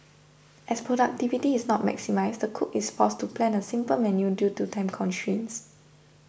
as productivity is not maximised the cook is forced to plan a simple menu due to time constraints